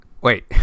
wait